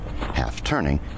Half-turning